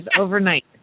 overnight